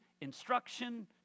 instruction